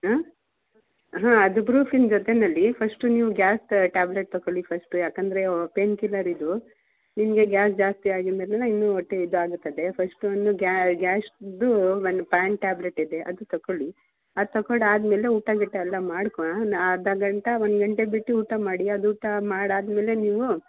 ಹಾಂ ಹಾಂ ಅದು ಬ್ರೂಫ್ರೀನ್ ಜೊತೆನಲ್ಲಿ ಫಸ್ಟು ನೀವು ಗ್ಯಾಸ್ದು ಟ್ಯಾಬ್ಲೆಟ್ ತಕ್ಕೊಳಿ ಫಸ್ಟು ಯಾಕೆಂದರೆ ಪೆನ್ ಕಿಲ್ಲರ್ ಇದು ನಿಮಗೆ ಗ್ಯಾಸ್ ಜಾಸ್ತಿ ಆಗಿದಮೇಲೇನೆ ಇನ್ನು ಹೊಟ್ಟೆ ಇದಾಗುತ್ತದೆ ಫಸ್ಟು ಒಂದು ಗ್ಯಾಸ್ದು ಒಂದು ಪ್ಯಾನ್ ಟ್ಯಾಬ್ಲೆಟ್ ಇದೆ ಅದು ತಕೊಳ್ಳಿ ಅದು ತಕೊಂಡು ಆದಮೇಲೆ ಊಟ ಗೀಟ ಎಲ್ಲ ಮಾಡ್ಕೋ ಅರ್ಧ ಗಂಟೆ ಒಂದು ಗಂಟೆ ಬಿಟ್ಟು ಊಟ ಮಾಡಿ ಅದು ಊಟ ಮಾಡಿ ಆದಮೇಲೆ ನೀವು